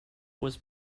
was